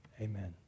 Amen